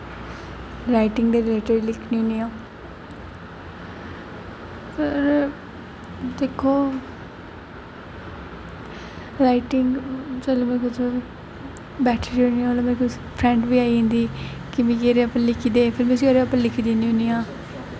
writing दे related लिखनी होनी आं फिर दिक्खो राइटिंग जेल्लै में बैठी दी होनी आं उसलै फ्रैंड बी आई जंदी कि मिगी एह्दे पर लिखी दे फिर में उसी ओह्दे पर लिखी दिन्नी होनी आं